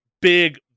big